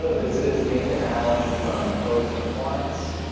this is nathan allen from poets and quants.